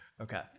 Okay